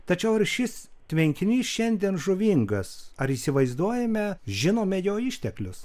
tačiau ar šis tvenkinys šiandien žuvingas ar įsivaizduojame žinome jo išteklius